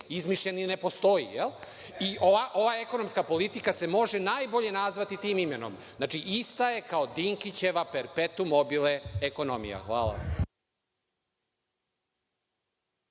izmišljen i ne postoji. Ova ekonomska politika se može najbolje nazvati tim imenom. Znači, ista je kao Dinkićeva, perpetu mobile ekonomije. Hvala.